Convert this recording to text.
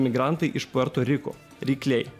migrantai iš puerto riko rykliai